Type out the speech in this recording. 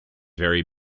very